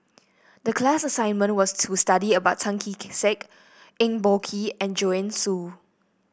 the class assignment was to study about Tan Kee Sek Eng Boh Kee and Joanne Soo